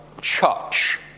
church